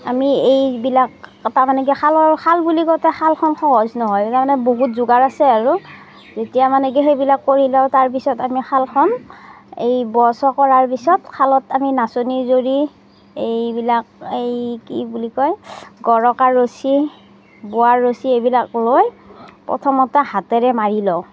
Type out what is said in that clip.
আমি এইবিলাক তাৰমানে কি শাল শাল বুলি কওঁতে শালখন সহজ নহয় এইখনত বহুত যোগাৰ আছে আৰু যেতিয়া মানে কি সেইবিলাক কৰি লওঁ তাৰপিছত আপোনাৰ শালখন এই ব ছ কৰাৰ পিছত শালত আমি নাচনি জৰি এইবিলাক এই কি বুলি কয় গৰকা ৰছী বোৱা ৰছী এইবিলাক লৈ প্ৰথমতে হাতেৰে মাৰি লওঁ